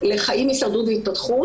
לחיים --- והתפתחות.